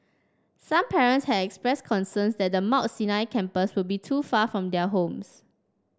some parents had expressed concerns that the Mount Sinai campus would be too far from their homes